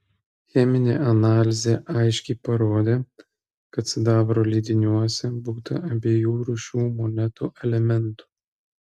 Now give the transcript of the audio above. cheminė analizė aiškiai parodė kad sidabro lydiniuose būta abiejų rūšių monetų elementų